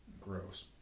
Gross